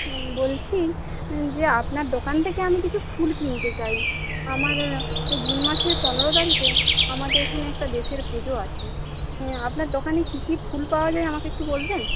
বলছি যে আপনার দোকান থেকে আমি কিছু ফুল কিনতে চাই আমার জুন মাসের পনেরো তারিখে আমাদের এখানে একটা দেশের পুজো আছে আপনার দোকানে কী কী ফুল পাওয়া যায় আমাকে একটু বলবেন